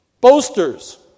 boasters